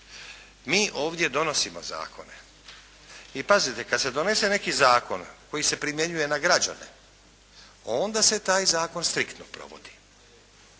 Mi ovdje donosimo zakone. I pazite, kad se donese neki zakon koji se primjenjuje na građane, onda se taj zakon striktno provodi.